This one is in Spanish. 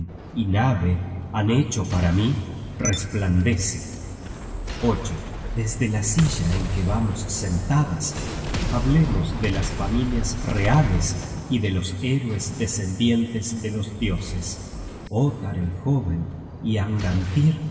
y nabbe han hecho para mí resplandece desde la silla en que vamos sentadas hablemos de las familias reales y de los héroes descendientes de los dioses ottar el jóven y angantyr